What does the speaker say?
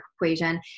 equation